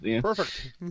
Perfect